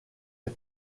est